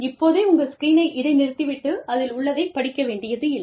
இப்போதே உங்கள் ஸ்க்ரீனை இடைநிறுத்தி விட்டு அதில் உள்ளதைப் படிக்க வேண்டியதில்லை